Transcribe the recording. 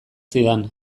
zidan